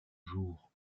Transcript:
jour